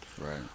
Right